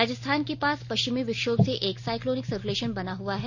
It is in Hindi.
राजस्थान के पास पश्चिमी विक्षोभ से एक साइक्लोनिक सर्कुलेशन बना हुआ है